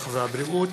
הרווחה והבריאות.